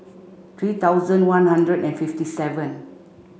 three thousand one hundred and fifty seven